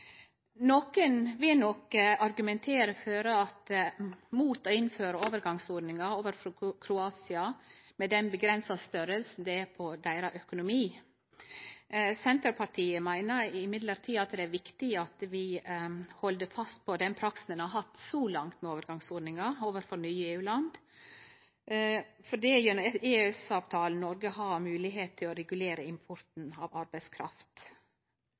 vil nok argumentere mot å innføre overgangsordningar overfor Kroatia fordi økonomien deira ikkje er så stor. Senterpartiet meiner likevel at det er viktig at ein held fast ved den praksisen ein har hatt – så langt – med overgangsordningar overfor nye EU-land, for det er gjennom EØS-avtalen Noreg har moglegheit til å regulere importen av arbeidskraft.